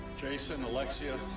jason, alexia,